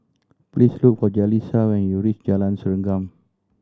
please look for Jalissa when you reach Jalan Serengam